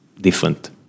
different